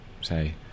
say